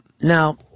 Now